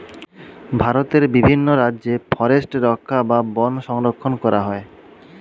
ভারতের বিভিন্ন রাজ্যে ফরেস্ট রক্ষা বা বন সংরক্ষণ করা হয়